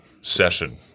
session